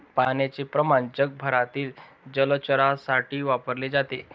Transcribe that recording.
पाण्याचे प्रमाण जगभरातील जलचरांसाठी वापरले जाते